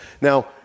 Now